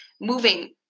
moving